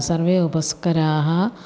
सर्वे उपस्कराः